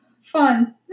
Fun